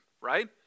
right